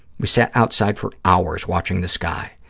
we sat outside for hours watching the sky,